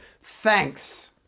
thanks